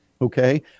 Okay